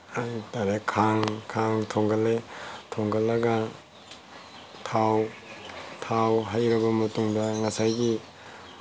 ꯍꯥꯏꯇꯥꯔꯦ ꯈꯥꯡ ꯈꯥꯡ ꯊꯣꯡꯒꯠꯂꯦ ꯊꯣꯡꯒꯠꯂꯒ ꯊꯥꯎ ꯊꯥꯎ ꯍꯩꯔꯕ ꯃꯇꯨꯡꯗ ꯉꯁꯥꯏꯒꯤ